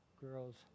girl's